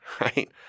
right